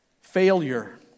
Failure